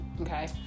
Okay